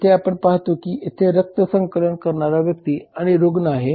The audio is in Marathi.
येथे आपण पाहतो की येथे रक्त संकलन करणारा व्यक्ती आणि रुग्ण आहेत